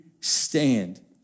stand